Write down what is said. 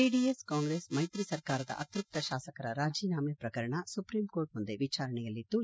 JDS Congress ಮೈತ್ರಿ ಸರ್ಕಾರದ ಅತ್ಯಪ್ತ ಶಾಸಕರ ರಾಜೀನಾಮೆ ಪ್ರಕರಣ ಸುಪ್ರೀಂ ಕೋರ್ಟ್ ಮುಂದೆ ವಿಚಾರಣೆಯಲ್ಲಿದ್ದು